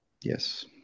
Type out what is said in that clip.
Yes